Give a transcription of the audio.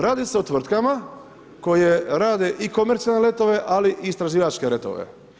Radi se o tvrtkama koje rade i komercijalne letove, ali i istraživačke letove.